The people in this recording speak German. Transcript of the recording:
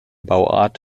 bauart